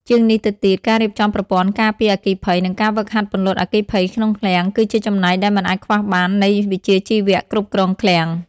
ជាងនេះទៅទៀត ការរៀបចំប្រព័ន្ធការពារអគ្គិភ័យ និងការហ្វឹកហាត់ពន្លត់អគ្គិភ័យក្នុងឃ្លាំង គឺជាចំណែកដែលមិនអាចខ្វះបាននៃវិជ្ជាជីវៈគ្រប់គ្រងឃ្លាំង។